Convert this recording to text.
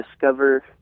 discover